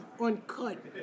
uncut